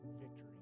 victory